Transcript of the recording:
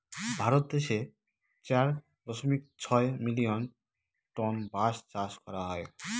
ভারত দেশে চার দশমিক ছয় মিলিয়ন টন বাঁশ চাষ করা হয়